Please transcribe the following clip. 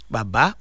Baba